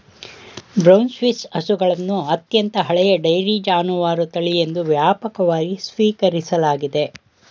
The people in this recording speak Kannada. ಬ್ರೌನ್ ಸ್ವಿಸ್ ಹಸುಗಳನ್ನು ಅತ್ಯಂತ ಹಳೆಯ ಡೈರಿ ಜಾನುವಾರು ತಳಿ ಎಂದು ವ್ಯಾಪಕವಾಗಿ ಸ್ವೀಕರಿಸಲಾಗಿದೆ